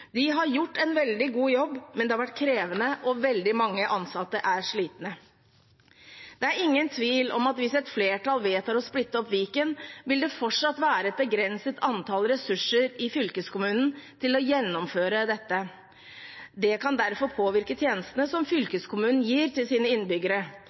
De har gjort en veldig god jobb, men det har vært krevende, og veldig mange ansatte er slitne. Det er ingen tvil om at hvis et flertall vedtar å splitte opp Viken, vil det fortsatt være et begrenset antall ressurser i fylkeskommunen til å gjennomføre dette. Det kan derfor påvirke tjenestene som